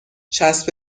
چسب